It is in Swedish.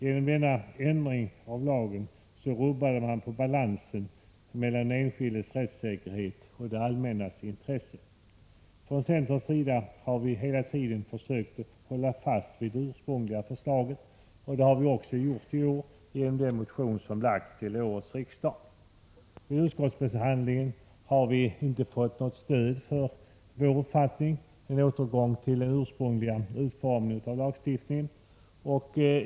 Genom denna ändring av lagen rubbade man balansen mellan den enskildes rättssäkerhet och det allmännas intresse. Från centerns sida har vi hela tiden försökt att hålla fast vid det ursprungliga förslaget, och det har vi gjort även i år i en del motioner till årets riksmöte. Vid utskottsbehandlingen har vi inte fått något stöd för vår uppfattning om behovet av en återgång till den ursprungliga utformningen av lagstiftningen.